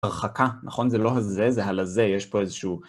הרחקה, נכון? זה לא הזה, זה הלזה, יש פה איזשהו...